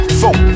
four